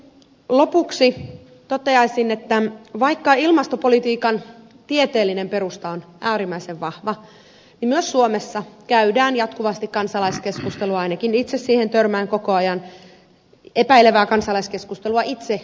lopuksi toteaisin että vaikka ilmastopolitiikan tieteellinen perusta on äärimmäisen vahva niin myös suomessa käydään jatkuvasti epäilevää kansalaiskeskustelua ainakin itse siihen törmään koko ajan itse ilmiöstä